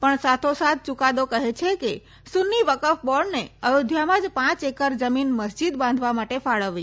પણ સાથો સાથ યુકાદો કહે છે કે સુન્નિવકફ બોર્ડને અયોધ્યામાં જ પાંચ એકર જમીન મસ્જીદ બાંધવા માટે ફાળવવી